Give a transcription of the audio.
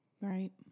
Right